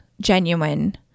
genuine